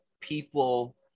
people